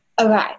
Okay